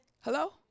Hello